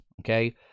Okay